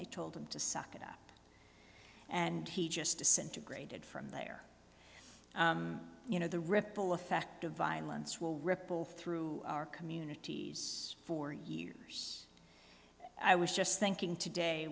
they told him to suck it up and he just disintegrated from there you know the ripple effect of violence will ripple through our communities for years i was just thinking today